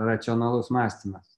racionalus mąstymas